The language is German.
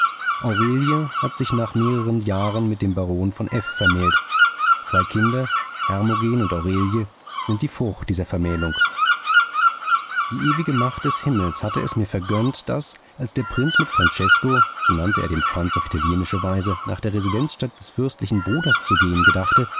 aurelie hat sich nach mehreren jahren mit dem baron von f vermählt zwei kinder hermogen und aurelie sind die frucht dieser vermählung die ewige macht des himmels hatte es mir vergönnt daß als der prinz mit francesko so nannte er den franz auf italienische weise nach der residenzstadt des fürstlichen bruders zu gehen gedachte